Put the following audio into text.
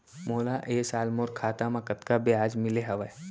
मोला ए साल मोर खाता म कतका ब्याज मिले हवये?